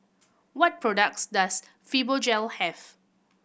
what products does Fibogel have